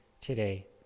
today